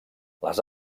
les